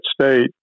State